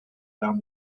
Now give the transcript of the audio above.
down